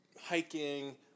hiking